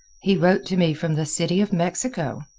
he wrote to me from the city of mexico.